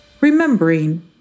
remembering